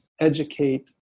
educate